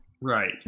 right